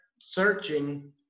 searching